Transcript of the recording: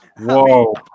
whoa